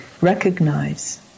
recognize